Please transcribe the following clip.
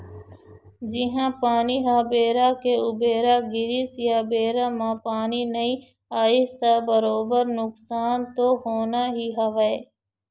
जिहाँ पानी ह बेरा के उबेरा गिरिस या बेरा म पानी नइ आइस त बरोबर नुकसान तो होना ही हवय